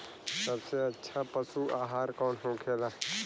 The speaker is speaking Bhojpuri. सबसे अच्छा पशु आहार कौन होखेला?